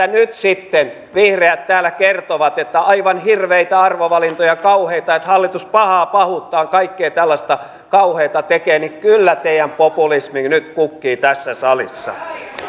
nyt sitten vihreät täällä kertovat että aivan hirveitä arvovalintoja kauheita että hallitus pahaa pahuuttaan kaikkea tällaista kauheata tekee niin kyllä teidän populisminne nyt kukkii tässä salissa